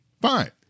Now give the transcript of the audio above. Fine